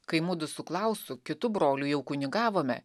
kai mudu su klausu kitu broliu jau kunigavome